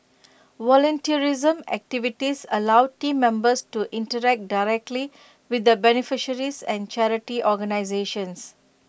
volunteerism activities allow Team Members to interact directly with the beneficiaries and charity organisations